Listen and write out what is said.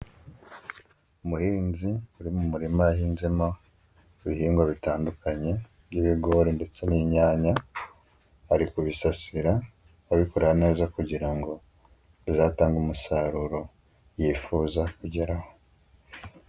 Umuhinzi uri mu murima yahinzemo ibihingwa bitandukanye by'ibigori ndetse n'inyanya ari kubisasira abikora neza kugira ngo bizatange umusaruro yifuza kugeraho.